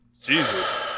Jesus